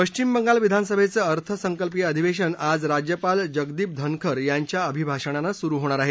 पश्चिम बंगाल विधानसभेच अर्थसंकल्पीय अधिवेशन आज राज्यपाल जगदीप धनखर यांच्या अभिभाषणानं सुरु होणार आहे